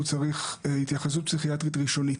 צריך התייחסות פסיכיאטרית ראשונית.